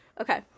Okay